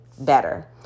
better